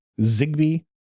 Zigbee